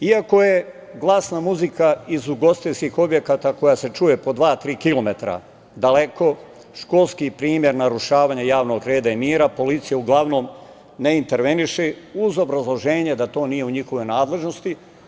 Iako je glasna muzika, iz ugostiteljskih objekata, koja se čuje po dva tri kilometara daleko, školski primer narušavanja javnog reda i mira, policija uglavnom ne interveniše, uz obrazloženje da to nije u njihovoj nadležnosti.